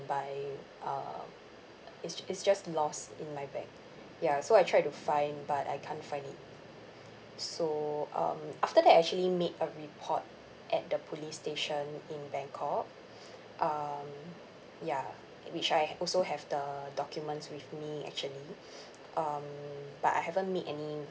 by uh it's it's just lost in my bag ya so I tried to find but I can't find it so um after that I actually made a report at the police station in bangkok um ya which I have also have the documents with me actually um but I haven't made any